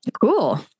cool